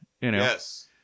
Yes